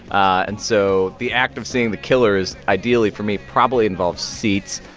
and so the act of seeing the killers ideally for me probably involves seats.